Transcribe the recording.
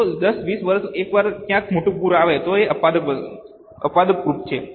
જો 10 20 વર્ષમાં એક વાર ક્યાંક મોટું પૂર આવે તો તે અપવાદરૂપ છે